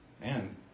Man